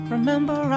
Remember